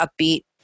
upbeat